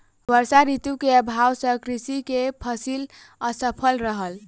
वर्षा ऋतू के अभाव सॅ कृषक के फसिल असफल रहल